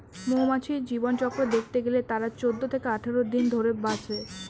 মৌমাছির জীবনচক্র দেখতে গেলে তারা চৌদ্দ থেকে আঠাশ দিন ধরে বাঁচে